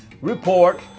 report